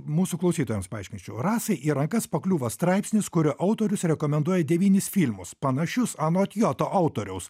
mūsų klausytojams paaiškinčiau rasai į rankas pakliūva straipsnis kurio autorius rekomenduoja devynis filmus panašius anot jo to autoriaus